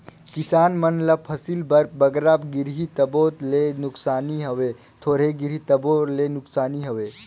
किसान मन ल फसिल बर बगरा गिरही तबो ले नोसकानी हवे, थोरहें गिरही तबो ले नोसकानी हवे